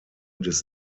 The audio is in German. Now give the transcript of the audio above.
des